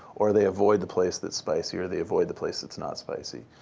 or they avoid the place that's spicy, or they avoid the place that's not spicy.